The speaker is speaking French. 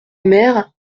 mère